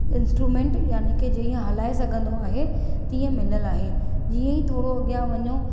instrument यानी की जीअं इहे हलाए सघंदो आहे तीअं मिलियल आहे जीअं ई थोरो अॻियां वञो